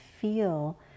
feel